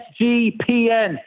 SGPN